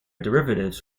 derivatives